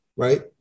Right